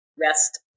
rest